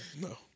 No